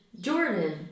Jordan